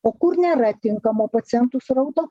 o kur nėra tinkamo pacientų srauto